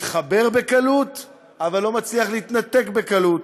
מתחבר בקלות אבל לא מצליח להתנתק בקלות.